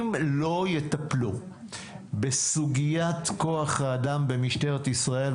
אם לא יטפלו בסוגיית כוח האדם במשטרת ישראל,